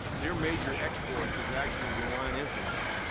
their major export is actually malign influence.